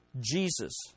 Jesus